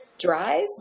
Dries